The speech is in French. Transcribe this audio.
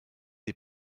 des